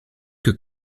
que